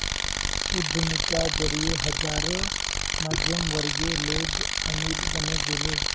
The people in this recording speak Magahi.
उद्यमिता जरिए हजारों मध्यमवर्गीय लोग अमीर बने गेले